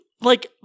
like-